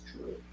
true